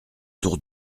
tour